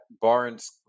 Barnes